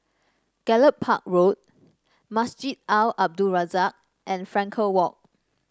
Gallop Park Road Masjid Al Abdul Razak and Frankel Walk